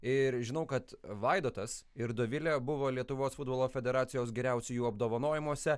ir žinau kad vaidotas ir dovilė buvo lietuvos futbolo federacijos geriausiųjų apdovanojimuose